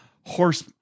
horse